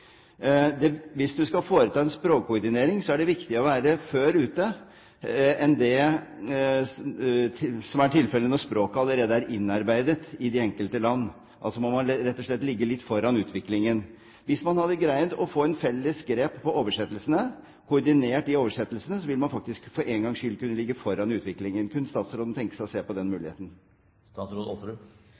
Hvis man skal foreta en språkkoordinering, er det viktig å være før ute enn det som er tilfellet når språket allerede er innarbeidet i de enkelte land. Man må rett og slett ligge litt foran utviklingen. Hvis man hadde greid å få et felles grep på oversettelsene, altså koordinert oversettelsene, ville man faktisk for en gangs skyld kunne ligge foran utviklingen. Kunne statsråden tenke seg å se på den muligheten?